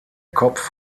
kopf